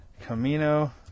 Camino